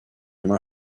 from